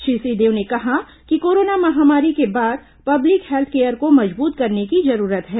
श्री सिंहदेव ने कहा कि कोरोना महामारी के बाद पब्लिक हेत्थ केयर को मजबूत करने की जरूरत है